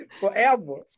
forever